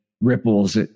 ripples